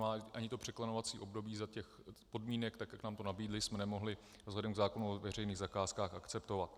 To znamená, ani to překlenovací období za těch podmínek, tak jak nám to nabídli, jsme nemohli vzhledem k zákonu o veřejných zakázkách akceptovat.